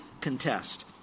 Contest